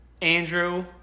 Andrew